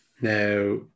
Now